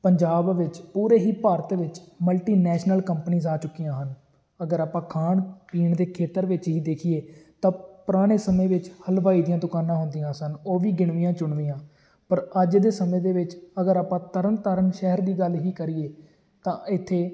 ਪੰਜਾਬ ਵਿੱਚ ਪੂਰੇ ਹੀ ਭਾਰਤ ਵਿੱਚ ਮਲਟੀਨੈਸ਼ਨਲ ਕੰਪਨੀਸ ਆ ਚੁੱਕੀਆਂ ਹਨ ਅਗਰ ਆਪਾਂ ਖਾਣ ਪੀਣ ਦੇ ਖੇਤਰ ਵਿੱਚ ਹੀ ਦੇਖੀਏ ਤਾਂ ਪੁਰਾਣੇ ਸਮੇਂ ਵਿੱਚ ਹਲਵਾਈ ਦੀਆਂ ਦੁਕਾਨਾਂ ਹੁੰਦੀਆਂ ਸਨ ਓਹ ਵੀ ਗਿਣਵੀਆਂ ਚੁਣਵੀਆਂ ਪਰ ਅੱਜ ਦੇ ਸਮੇਂ ਦੇ ਵਿੱਚ ਅਗਰ ਆਪਾਂ ਤਰਨਤਾਰਨ ਸ਼ਹਿਰ ਦੀ ਗੱਲ ਹੀ ਕਰੀਏ ਤਾਂ ਇੱਥੇ